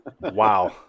Wow